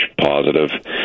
positive